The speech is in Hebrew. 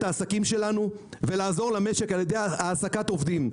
העסקים שלנו ולעזור למשק על-ידי העסקת עובדים.